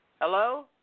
Hello